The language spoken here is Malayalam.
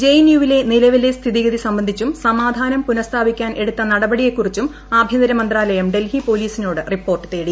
ജെ എൻ യു വിലെ നിലവിലെ സ്ഥിതിഗതി സംബന്ധിച്ചും സമാധാനം പുനസ്ഥാപിക്കാൻ എടുത്ത നടപടിയെക്കുറിച്ചും ആഭ്യന്തര മന്ത്രാലയം ഡൽഹി പൊലീസിനോട് റിപ്പോർട്ട് തേടി